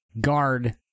guard